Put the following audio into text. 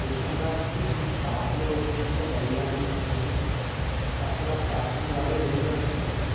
देखिए अनुराग जी हम सात लोग हैं तो बड़ी गाड़ी लगेगी तो आपके पास सात में गाड़ी अवेलेबल है क्या कोई